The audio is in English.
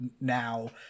now